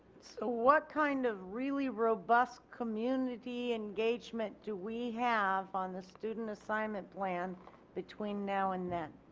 so what kind of really robust community engagement do we have on the student assignment plan between now and then.